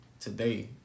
today